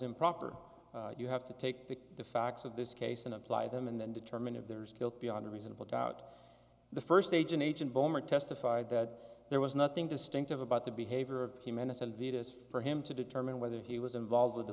improper you have to take the the facts of this case and apply them and then determine if there is guilt beyond a reasonable doubt the first agent agent boehmer testified that there was nothing distinctive about the behavior of humanise and videos for him to determine whether he was involved with the